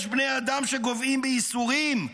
יש בני אדם שגוועים בייסורים,